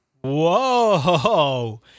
Whoa